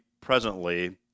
presently